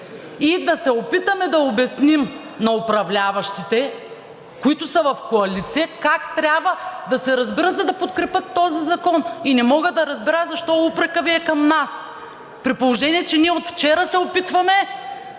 и да се опитаме да обясним на управляващите, които са в коалиция, как трябва да се разберат, за да подкрепят този закон и не мога да разбера защо упрекът Ви е към нас, при положение че ние от вчера се опитваме